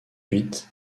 huit